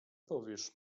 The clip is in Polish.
powiesz